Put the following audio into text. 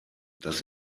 das